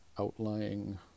outlying